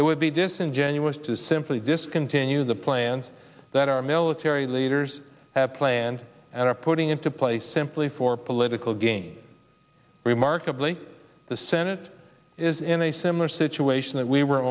it would be disingenuous to simply discontinue the plans that our military leaders have planned that are putting into place simply for political gain remarkably the senate is in a similar situation that we were